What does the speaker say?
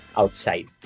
outside